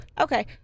Okay